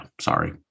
Sorry